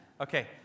Okay